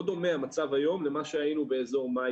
המצב היום לא דומה למה שהיינו במאי-יוני.